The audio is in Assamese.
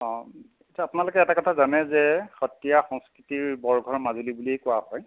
অঁ আপোনালোকে এটা কথা জানে যে সত্ৰীয়া সংস্কৃতিৰ বৰঘৰ মাজুলী বুলিয়ে কোৱা হয়